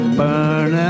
burn